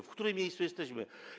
W którym miejscu jesteśmy?